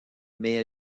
mais